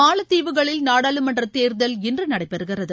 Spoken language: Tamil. மாலத்தீவுகளில் நாடாளுமன்ற தேர்தல் இன்று நடைபெறுகிறது